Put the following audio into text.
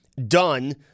done